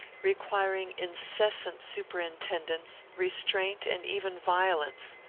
requiring incessant superintendence, restraint, and even violence.